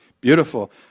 beautiful